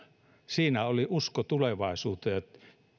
siinä oli usko tulevaisuuteen